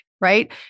right